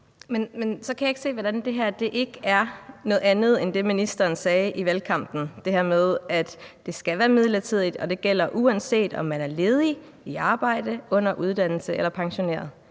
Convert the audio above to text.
Men så kan jeg ikke se, hvordan det her ikke er noget andet end det, som ministeren sagde i valgkampen, altså det her med, at det skal være midlertidigt, og at det gælder, uanset om man er ledig, i arbejde, under uddannelse eller pensioneret.